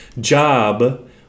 job